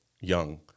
young